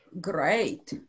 Great